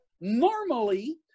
normally